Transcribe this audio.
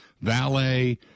valet